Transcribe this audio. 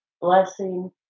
blessing